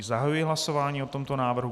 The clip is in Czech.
Zahajuji hlasování o tomto návrhu.